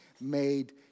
made